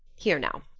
here now,